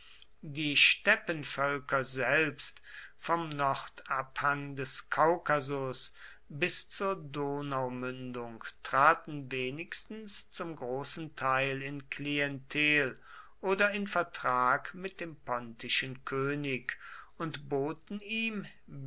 die steppenvölker selbst vom nordabhang des kaukasus bis zur donaumündung traten wenigstens zum großen teil in klientel oder in vertrag mit dem pontischen könig und boten ihm